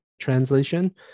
translation